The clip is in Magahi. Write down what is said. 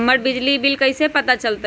हमर बिजली के बिल कैसे पता चलतै?